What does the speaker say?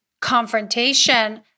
confrontation